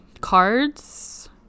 cards